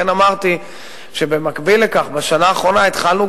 לכן אמרתי שבמקביל לכך בשנה האחרונה התחלנו